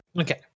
Okay